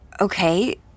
Okay